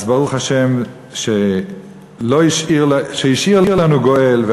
אז ברוך השם שהשאיר לנו גואל,